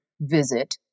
visit